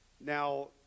Now